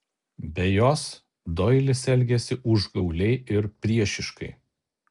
be jos doilis elgėsi užgauliai ir priešiškai